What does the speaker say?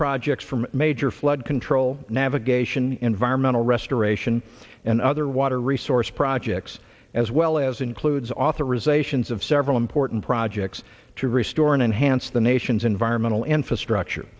projects from major flood control navigation environmental restoration and other water resource projects as well as includes authorisations of several important projects to restore an enhanced the nation's environmental infrastructure